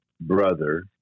brother